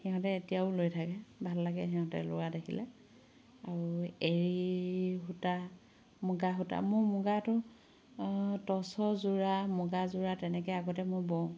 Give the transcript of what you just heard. সিহঁতে এতিয়াও লৈ থাকে ভাল লাগে সিহঁতে লোৱা দেখিলে আৰু এড়ী সূতা মুগা সূতা মোৰ মুগাটো তচৰ যোৰা মুগা যোৰা তেনেকে আগতে মই বওঁ